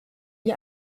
wie